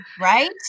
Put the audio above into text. right